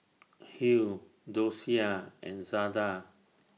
Hill Docia and Zada